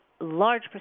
large